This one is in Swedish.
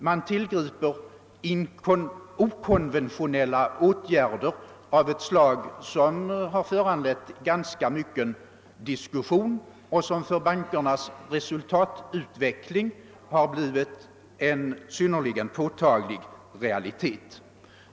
Det tillgrips okonventionella åtgärder av ett slag som har föranlett ganska mycken diskussion och som för bankernas resultatutveckling har blivit en synnerligen påtaglig realitet.